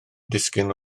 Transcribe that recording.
disgyn